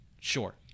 sure